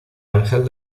ángel